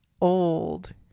old